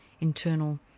internal